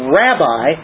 rabbi